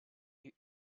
you